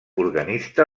organista